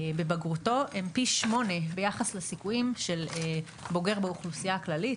בבגרותו הם פי שמונה ביחס לסיכויים של בוגר באוכלוסייה הכללית,